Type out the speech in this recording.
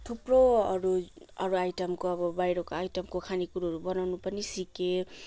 थुप्रो अरू अरू आइटमको अब बाहिरको आइटमको खाने कुरोहरू बनाउन पनि सिकेँ